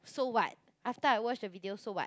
so what after I watch the video so what